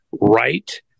right